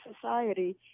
society